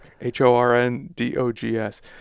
h-o-r-n-d-o-g-s